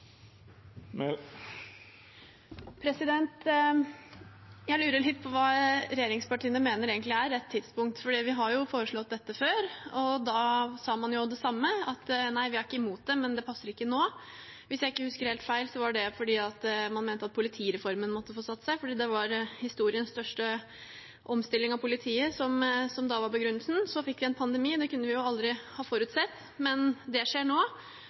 Jeg lurer litt på hva regjeringspartiene egentlig mener er rett tidspunkt, for vi har jo foreslått dette før, og da sa man det samme, at nei, vi er ikke imot det, men det passer ikke nå. Hvis jeg ikke husker helt feil, var det fordi man mente at politireformen måtte få satt seg fordi det var historiens største omstilling av politiet, og at det var begrunnelsen da. Så fikk vi en pandemi, og det kunne vi jo aldri ha forutsett, men det skjer nå.